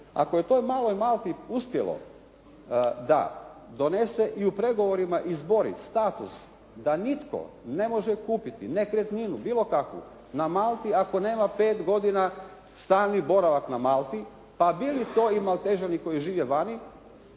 ako je toj maloj Malti uspjelo da donese i u pregovorima izbori status da nitko ne može kupiti nekretninu bilo kakvu na Malti ako nema pet godina stalni boravak na Malti pa bili to i Maltežani koji žive vani.